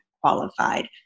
qualified